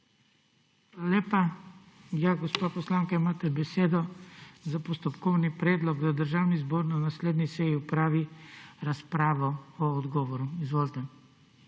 lepa. Gospa poslanka, imate besedo za postopkovni predlog, da Državni zbor na naslednji seji opravi razpravo o odgovoru. Izvolite.